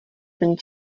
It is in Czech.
ten